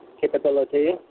capability